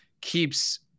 keeps